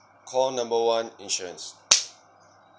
call number one insurance